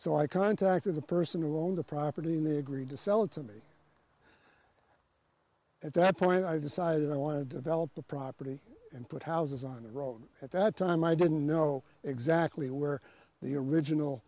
so i contacted the person who owned the property in the agreed to sell it to me at that point i decided i want to develop the property and put houses on the road at that time i didn't know exactly where the original